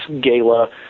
gala